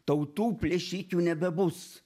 tautų plėšikių nebebus